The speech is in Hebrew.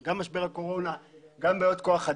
גם בגלל משבר הקורונה, גם בעיות כוח-אדם,